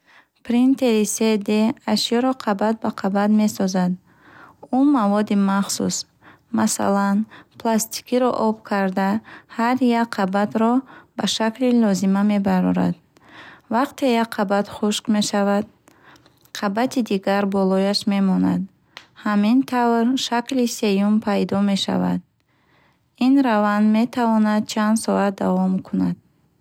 Принтери се де ашёро қабат ба қабат месозад. Ӯ маводи махсус, масалан пластикро об карда, ҳар як қабатро ба шакли лозима мебарорад. Вақте як қабат хушк мешавад, қабати дигар болояш мемонад. Ҳамин тавр, шакли сеюмӣ пайдо мешавад. Ин раванд метавонад чанд соат давом кунад.